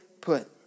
put